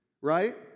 Right